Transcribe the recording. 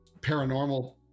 paranormal